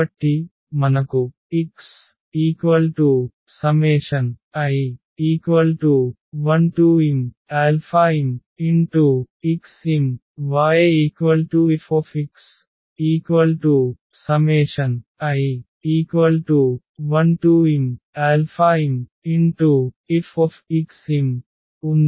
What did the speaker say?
కాబట్టి మనకు xi1mmxm⟹yFxi1mmF ఉంది